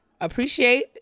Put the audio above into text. appreciate